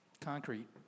concrete